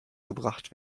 gebracht